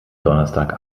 donnerstag